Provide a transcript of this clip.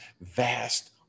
vast